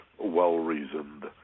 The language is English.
well-reasoned